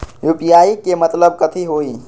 UPI के मतलब कथी होई?